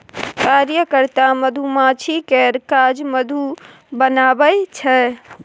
कार्यकर्ता मधुमाछी केर काज मधु बनाएब छै